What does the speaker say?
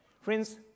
Friends